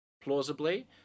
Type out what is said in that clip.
plausibly